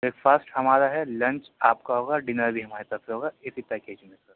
break fast ہمارا ہے lunch آپ کا ہوگا ڈنر بھی ہماری طرف سے ہوگا اِسی پیکج میں